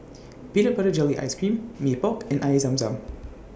Peanut Butter Jelly Ice Cream Mee Pok and Air Zam Zam